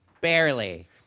Barely